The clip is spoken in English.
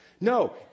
No